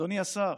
אדוני השר,